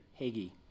Hagee